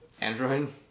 Android